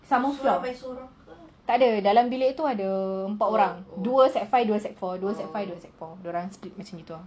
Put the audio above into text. sama floor tak ada dalam bilik tu ada empat orang dua sec five dua sec four dua sec five dua sec four dorang split macam gitu ah